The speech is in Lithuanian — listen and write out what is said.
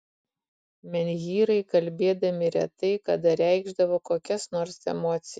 menhyrai kalbėdami retai kada reikšdavo kokias nors emocijas